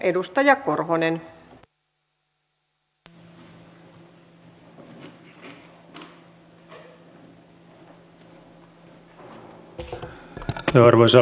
arvoisa rouva puhemies